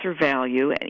value